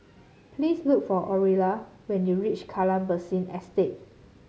please look for Orilla when you reach Kallang Basin Estate